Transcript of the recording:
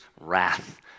wrath